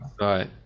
Right